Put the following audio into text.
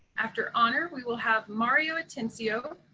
after honor, we will have mario atencio.